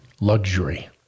luxury